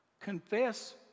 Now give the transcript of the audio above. Confess